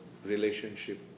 relationship